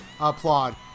applaud